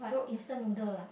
what instant noodle ah